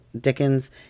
Dickens